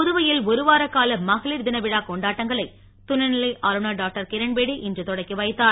புதுவையில் ஒருவார கால சர்வதேச மகளிர் தின விழாக் கொண்டாட்டங்களை துணைநிலை ஆளுநர் டாக்டர் கிரண்பேடி இன்று தொடக்கி வைத்தார்